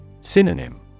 Synonym